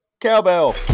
cowbell